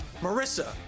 Marissa